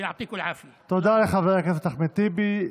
ויישר כוח.) תודה לחבר הכנסת אחמד טיבי.